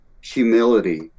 humility